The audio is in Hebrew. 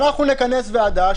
אנחנו נכנס ועדה,